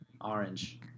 orange